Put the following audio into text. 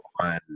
on